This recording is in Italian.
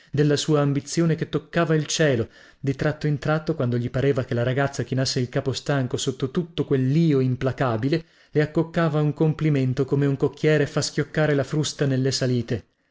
della sua ambizione che toccava il cielo di tratto in tratto quando gli pareva che la ragazza chinasse il capo stanco sotto tutto quellio implacabile le accoccava un complimento come un cocchiere fa schioccare la frusta nelle salite